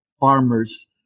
farmers